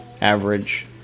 average